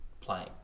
playing